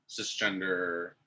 cisgender